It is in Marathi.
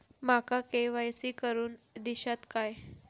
माका के.वाय.सी करून दिश्यात काय?